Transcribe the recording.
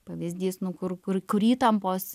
pavyzdys nu kur kur kur įtampos